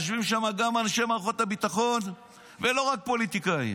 יושבים שם גם אנשי מערכות הביטחון ולא רק פוליטיקאים.